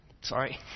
Sorry